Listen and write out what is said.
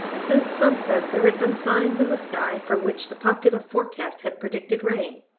since sunset, there had been signs in the sky from which the popular forecast had predicted rain.